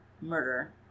murder